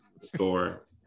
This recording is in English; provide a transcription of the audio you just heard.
Store